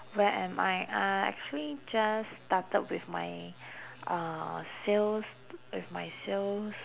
where am I uh actually just started with my uh sales with my sales